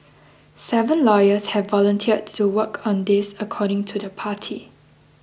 seven lawyers have volunteered to work on this according to the party